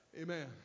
Amen